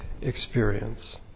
experience